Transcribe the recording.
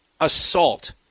assault